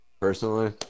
personally